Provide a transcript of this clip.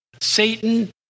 Satan